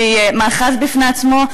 שהיא מאחז בפני עצמו,